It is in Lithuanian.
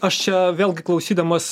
aš čia vėlgi klausydamas